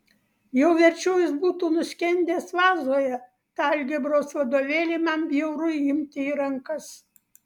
jau verčiau jis būtų nuskendęs vazoje tą algebros vadovėlį man bjauru imti į rankas